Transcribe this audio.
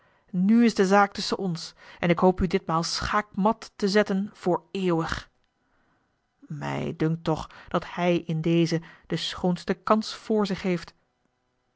nu is de zaak tusschen ons en ik hoop u ditmaal schaakmat te zetten voor eeuwig mij dunkt toch dat hij in dezen de schoonste kans vr zich heeft